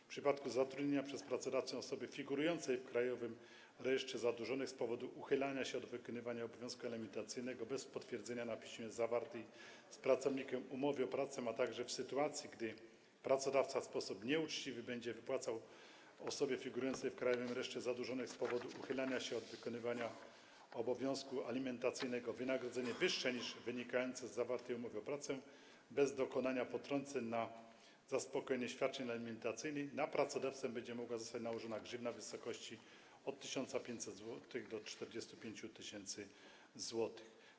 W przypadku zatrudnienia przez pracodawcę osoby figurującej w Krajowym Rejestrze Zadłużonych z powodu uchylania się od wykonywania obowiązku alimentacyjnego bez potwierdzenia na piśmie zawartej z pracownikiem umowy o pracę, a także w sytuacji gdy pracodawca w sposób nieuczciwy będzie wypłacał osobie figurującej w Krajowym Rejestrze Zadłużonych z powodu uchylania się od wykonywania obowiązku alimentacyjnego wynagrodzenie wyższe niż wynikające z zawartej umowy o pracę bez dokonania potrąceń na zaspokojenie świadczeń alimentacyjnych, na pracodawcę będzie mogła zostać nałożona grzywna w wysokości od 1500 zł do 45 tys. zł.